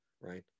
right